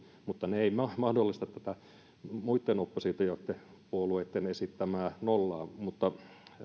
mutta ne eivät mahdollista tätä muitten oppositiopuolueitten esittämää nollaa